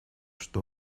что